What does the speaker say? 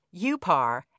Upar